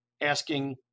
asking